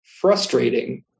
frustrating